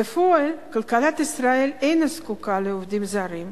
בפועל, כלכלת ישראל אינה זקוקה לעובדים זרים.